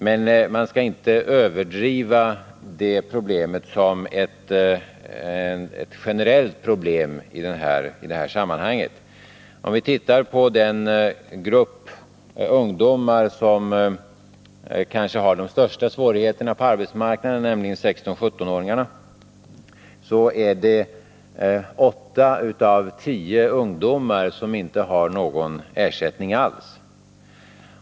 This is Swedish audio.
Men man skall inte överdriva det problemet som ett generellt problem i detta sammanhang. Om vi går till den grupp ungdomar som kanske har de största svårigheterna på arbetsmarknaden, nämligen 16-17-åringarna, finner vi att åtta av tio inte har någon ersättning alls.